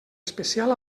especial